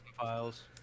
files